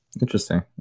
Interesting